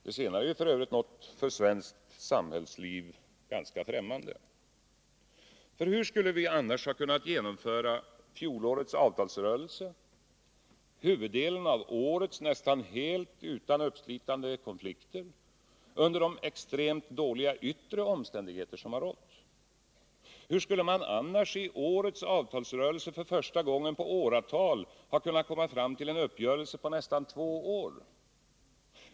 Det senare är ju f.ö. något för svenskt samhällsliv ganska främmande. Hur skulle vi annars ha kunnat genomföra fjolårets avtalsrörelse och huvuddelen av årets nästan helt utan uppslitande konflikter under de extremt dåliga yttre omständigheter som rått? Hur skulle man annars i årets avtalsrörelse för första gången på åratal ha kunnat komma fram till en uppgörelse på nästan två år?